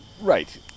right